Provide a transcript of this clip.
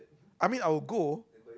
I mean I would go